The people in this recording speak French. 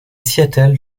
seattle